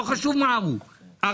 לא חשוב אם הוא ערבי,